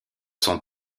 sont